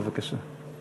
בבקשה.